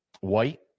White